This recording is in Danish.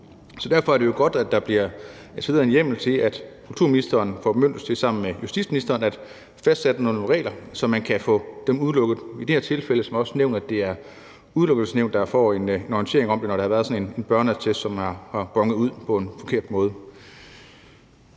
Så derfor er det jo godt, at der kommer en hjemmel til, at kulturministeren får bemyndigelse til sammen med justitsministeren at fastsætte nogle regler, så man kan få dem udelukket. I det her tilfælde, som det også er nævnt, er det Udelukkelsesnævnet, der får en orientering om det, når der har været sådan en børneattest, som har bonet ud på en forkert måde.